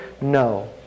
No